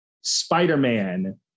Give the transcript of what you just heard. spider-man